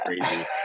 crazy